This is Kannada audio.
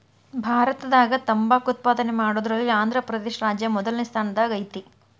ಭಾರತದಾಗ ತಂಬಾಕ್ ಉತ್ಪಾದನೆ ಮಾಡೋದ್ರಲ್ಲಿ ಆಂಧ್ರಪ್ರದೇಶ ರಾಜ್ಯ ಮೊದಲ್ನೇ ಸ್ಥಾನದಾಗ ಐತಿ